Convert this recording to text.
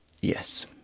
Yes